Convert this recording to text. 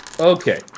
Okay